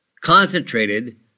concentrated